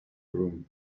room